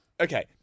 Okay